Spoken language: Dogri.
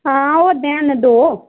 हां ओह् अग्गै हैन दो